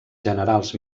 generals